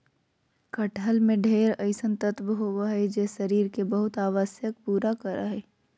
कटहल में ढेर अइसन तत्व होबा हइ जे शरीर के बहुत आवश्यकता पूरा करा हइ